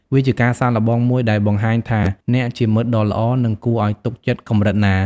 វាជាការសាកល្បងមួយដែលបង្ហាញថាអ្នកជាមិត្តដ៏ល្អ និងគួរឱ្យទុកចិត្តកម្រិតណា។